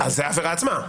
זו העבירה עצמה.